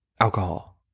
alcohol